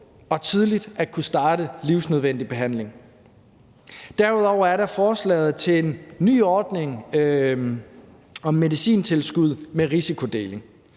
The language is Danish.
og tidligt at kunne starte livsnødvendig behandling. Derudover er der forslaget til en ny ordning om medicintilskud med risikodeling.